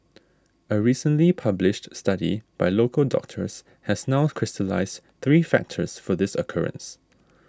a recently published study by local doctors has now crystallised three factors for this occurrence